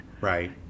Right